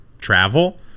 travel